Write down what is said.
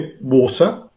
water